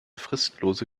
fristlose